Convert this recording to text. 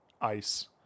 ice